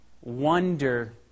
wonder